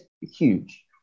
huge